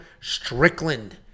Strickland